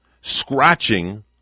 scratching